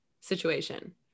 situation